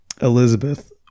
Elizabeth